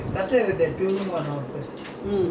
but considered that [one] was also first house [what]